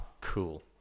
Cool